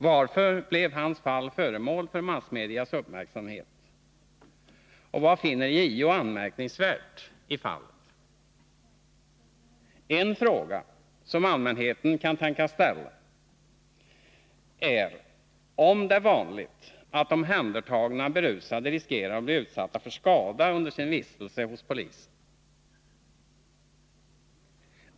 Varför blev hans fall föremål för massmedias uppmärksamhet, och vad finner JO anmärkningsvärt i fallet? En fråga som allmänheten kan tänkas ställa är om det är vanligt att omhändertagna berusade riskerar att bli utsatta för skada under sin vistelse hos polisen.